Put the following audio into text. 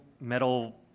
metal